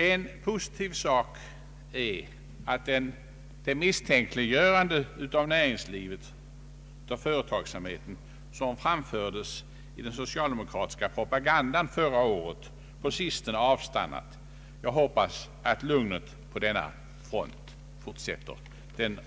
En positiv faktor är att det misstänkliggörande av näringslivet och företagsamheten, som förekom i den social demokratiska propagandan under förra året, på sistone har avstannat. Jag hoppas att lugnet på denna front fortsätter. Detta misstänkliggörande